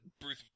Bruce